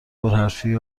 پرحرفی